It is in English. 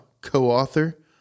co-author